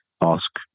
ask